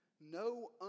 no